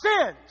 sins